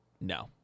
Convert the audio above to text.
no